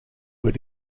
were